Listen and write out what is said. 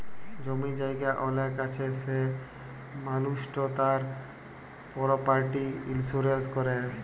জমি জায়গা অলেক আছে সে মালুসট তার পরপার্টি ইলসুরেলস ক্যরে